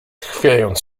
chwiejąc